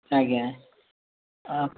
ଆଜ୍ଞା